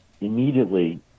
Immediately